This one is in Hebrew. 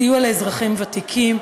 סיוע לאזרחים ותיקים,